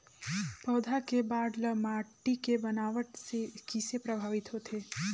पौधा के बाढ़ ल माटी के बनावट से किसे प्रभावित होथे?